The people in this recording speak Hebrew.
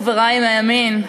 חברי מהימין,